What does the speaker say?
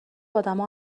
ادمها